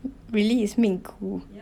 really is 命苦